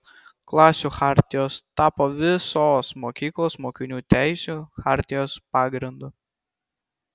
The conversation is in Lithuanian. klasių chartijos tapo visos mokyklos mokinių teisių chartijos pagrindu